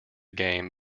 game